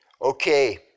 Okay